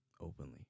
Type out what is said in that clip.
openly